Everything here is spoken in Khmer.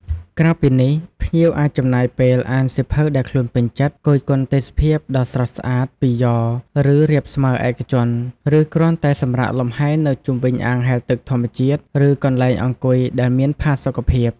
ក្រៅពីនេះ ភ្ញៀវអាចចំណាយពេលអានសៀវភៅដែលខ្លួនពេញចិត្ត គយគន់ទេសភាពដ៏ស្រស់ស្អាតពីយ៉រ ឬរាបស្មើរឯកជន ឬគ្រាន់តែសម្រាកលំហែនៅជុំវិញអាងហែលទឹកធម្មជាតិ ឬកន្លែងអង្គុយដែលមានផាសុកភាព។